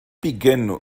begin